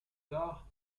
tard